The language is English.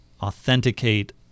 authenticate